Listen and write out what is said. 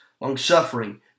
longsuffering